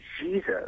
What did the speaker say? Jesus